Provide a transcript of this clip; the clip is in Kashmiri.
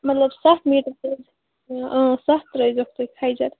مطلب سَتھ میٖٹر اۭں سَتھ ترٛٲیزیوس تُہۍ کھجَر